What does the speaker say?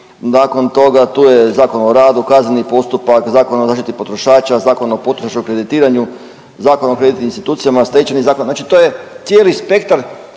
nakon toga tu je Zakon o radu, Kazneni postupak Zakon o zaštiti potrošača, Zakon o potrošnom kreditiranju, Zakon o kreditnim institucijama, Stečajni zakon znači to je cijeli spektar